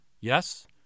Yes